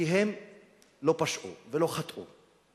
כי הם לא פשעו ולא חטאו.